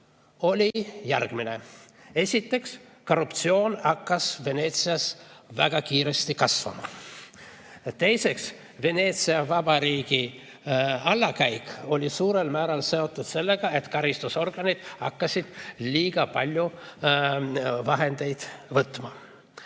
oli järgmine. Esiteks, korruptsioon hakkas Veneetsias väga kiiresti kasvama. Teiseks, Veneetsia vabariigi allakäik oli suurel määral seotud sellega, et karistusorganid hakkasid liiga palju vahendeid võtma.